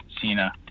Cena